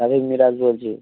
আমি নিরাজ বলছি